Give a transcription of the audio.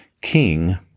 king